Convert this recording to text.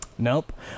nope